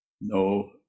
no